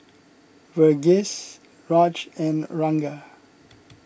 Verghese Raj and Ranga